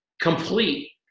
complete